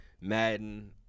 madden